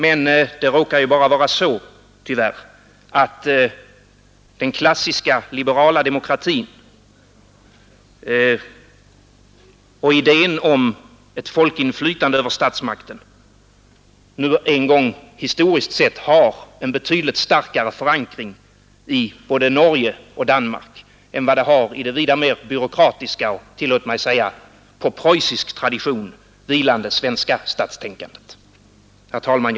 Men det råkar bara vara så, tyvärr, att den klassiska liberala demokratin och idén om ett folkinflytande över statsmakterna historiskt sett har en betydligt starkare förankring i både Norge och Danmark än i det vida mer byråkratiska och — tillåt mig säga — på preussisk tradition vilande svenska statstänkandet. Herr talman!